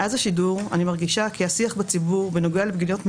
מאז השידור אני מרגישה כי השיח בציבור בנוגע לפגיעות מיניות,